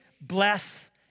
bless